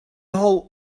whole